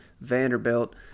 Vanderbilt